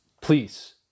Please